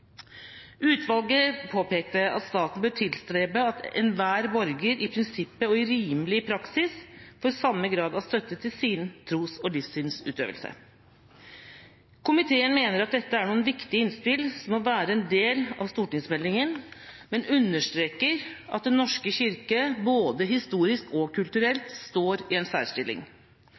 Utvalget påpekte at staten bør tilstrebe at enhver borger – i prinsippet og i rimelig praksis – får samme grad av støtte til sin tros- og livssynsutøvelse. Komiteen mener at dette er noen viktige innspill, som må være en del av stortingsmeldingen, men understreker at Den norske kirke både historisk og kulturelt står i en særstilling,